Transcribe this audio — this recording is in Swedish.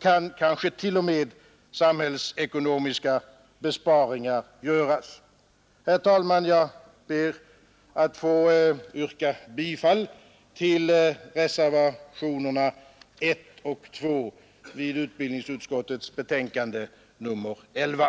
kan kanske t.o.m. samhällsekonomiska besparingar göras. Herr talman! Jag har begärt ordet därför att jag inte är till freds med utbildningsutskottets betänkande på denna punkt.